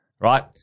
Right